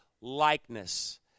likeness